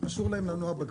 אסור להם לנוע בכביש.